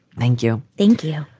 thank you. thank you.